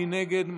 מי נגד?